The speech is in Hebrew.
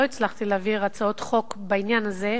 לא הצלחתי להעביר את הצעות החוק שלי בעניין הזה.